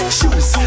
Shoes